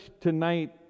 tonight